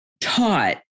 taught